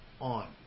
on